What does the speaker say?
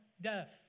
death